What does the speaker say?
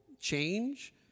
change